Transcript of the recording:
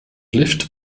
lift